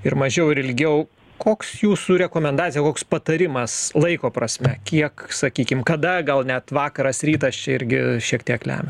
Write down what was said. ir mažiau ir ilgiau koks jūsų rekomendacija koks patarimas laiko prasme kiek sakykim kada gal net vakaras rytas čia irgi šiek tiek lemia